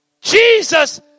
Jesus